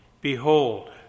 Behold